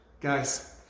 guys